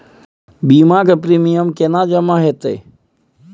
बीमा के प्रीमियम केना जमा हेते?